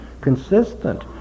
consistent